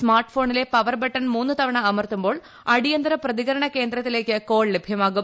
smart ഫോണിലെ power button മൂന്ന് തവണൂ അമർത്തുമ്പോൾ അടിയന്തര പ്രതികരണ കേന്ദ്രത്തിലേക്ക് കോൾ ലഭ്യമാകും